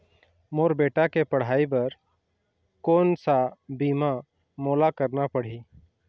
मोर बेटा के पढ़ई बर कोन सा बीमा मोला करना पढ़ही?